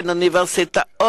בין אוניברסיטאות,